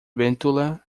bétula